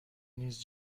نیز